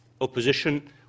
opposition